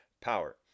power